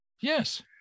Yes